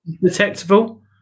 Detectable